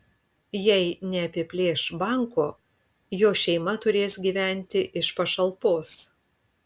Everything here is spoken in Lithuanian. jei neapiplėš banko jo šeima turės gyventi iš pašalpos